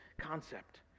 concept